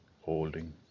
holding